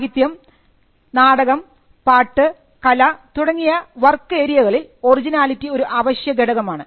സാഹിത്യം നാടകം പാട്ട് കല തുടങ്ങിയ വർക്ക് ഏരിയകളിൽ ഒറിജിനാലിറ്റി ഒരു അവശ്യഘടകമാണ്